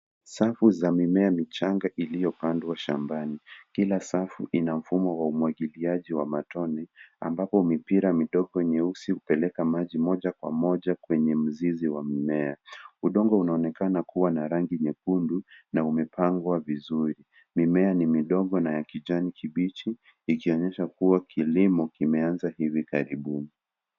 Safu za mimea michanga iliyopandwa shambani. Kila safu ina mfumo wa umwagiliaji wa matone ambapo mipira midigo nyeusi hupeleka maji moja kwa moja kwenye mzizi wa mmea. Udongo unaonekana kuwa na rangi nyekundu na umepangwa vizuri. Mimea ni midogo na ya kijani kibichi ikionyesha kuwa kilimo kimeanza hivi karibuni.